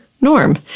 Norm